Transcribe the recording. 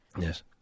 Yes